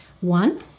One